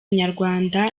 nyarwanda